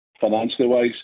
financially-wise